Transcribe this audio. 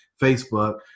Facebook